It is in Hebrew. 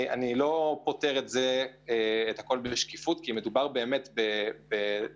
אני לא פותר את הכול כי מדובר בדבר